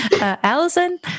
Allison